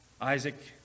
Isaac